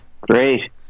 Great